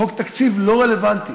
חוק תקציב לא רלוונטי.